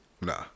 nah